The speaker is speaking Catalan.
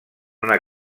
una